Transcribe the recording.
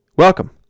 Welcome